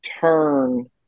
turn